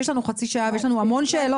כי יש לנו חצי שעה ויש לנו המון שאלות.